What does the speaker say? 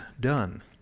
done